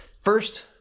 First